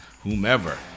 whomever